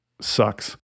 sucks